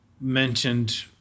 mentioned